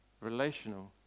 relational